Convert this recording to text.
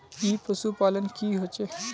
ई पशुपालन की होचे?